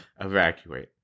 evacuate